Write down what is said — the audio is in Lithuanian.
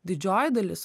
didžioji dalis